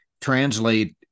translate